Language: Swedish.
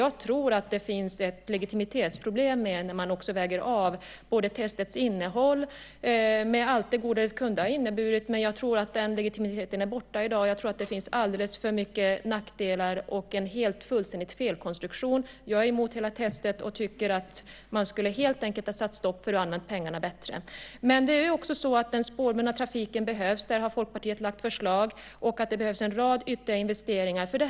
Jag tror att det finns ett legitimitetsproblem när man väger av testets innehåll med allt det goda som det kunde ha inneburit. Jag tror att den legitimiteten är borta i dag, att det finns alldeles för mycket nackdelar och att det är en fullständig felkonstruktion. Jag är emot hela testet och tycker att man helt enkelt skulle ha satt stopp för det och använt pengarna bättre. Det är också så att den spårbundna trafiken behövs - där har Folkpartiet lagt fram förslag - och att det behövs en rad ytterligare investeringar.